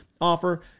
offer